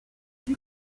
you